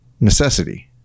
necessity